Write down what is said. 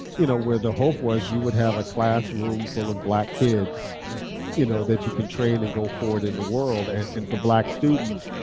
you know where the hope was, you would have a classroom full of black kids you know that you can train and go forward in the world. and for black students,